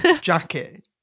jacket